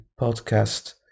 podcast